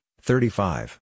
thirty-five